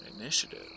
initiative